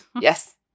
yes